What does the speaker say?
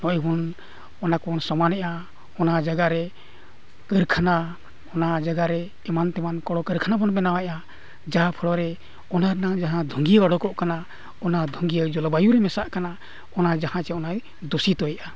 ᱱᱚᱜᱼᱚᱭ ᱵᱚᱱ ᱚᱱᱟ ᱠᱚᱵᱚᱱ ᱥᱚᱢᱟᱱᱮᱫᱼᱟ ᱚᱱᱟ ᱡᱟᱭᱜᱟ ᱨᱮ ᱠᱟᱹᱨᱠᱷᱟᱱᱟ ᱚᱱᱟ ᱡᱟᱭᱜᱟ ᱨᱮ ᱮᱢᱟᱱᱼᱛᱮᱢᱟᱱ ᱠᱚᱞᱼᱠᱟᱹᱨᱠᱷᱟᱱᱟ ᱵᱚᱱ ᱵᱮᱱᱟᱣᱮᱫᱼᱟ ᱡᱟᱦᱟᱸ ᱯᱷᱳᱲᱳ ᱨᱮ ᱚᱱᱟ ᱨᱮᱱᱟᱜ ᱡᱟᱦᱟᱸ ᱫᱷᱩᱝᱜᱤᱭᱟᱹ ᱩᱰᱩᱠᱚᱜ ᱠᱟᱱᱟ ᱚᱱᱟ ᱫᱷᱩᱝᱜᱤᱭᱟᱹ ᱡᱚᱞᱵᱟᱭᱩ ᱨᱮ ᱢᱮᱥᱟᱜ ᱠᱟᱱᱟ ᱚᱱᱟ ᱡᱟᱦᱟᱸ ᱪᱮ ᱚᱱᱟᱭ ᱫᱩᱥᱤᱛᱚᱭᱮᱫᱼᱟ